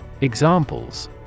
Examples